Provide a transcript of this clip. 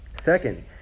Second